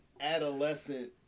Adolescent